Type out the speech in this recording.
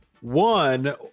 One